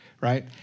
right